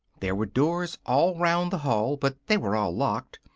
there were doors all round the hall, but they were all locked,